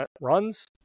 runs